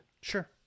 sure